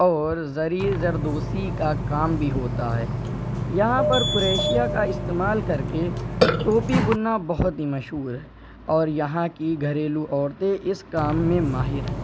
اور زرعی زردوسی کا کام بھی ہوتا ہے یہاں پر کریشیا کا استعمال کر کے ٹوپی بننا بہت ہی مشہور ہے اور یہاں کی گھریلو عورتیں اس کام میں ماہر ہیں